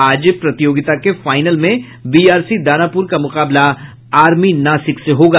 आज प्रतियोगिता के फाइनल में बीआरसी दानापुर का मुकाबला आर्मी नासिक से होगा